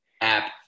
App